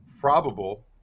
probable